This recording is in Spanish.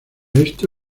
esto